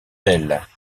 telles